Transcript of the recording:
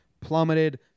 plummeted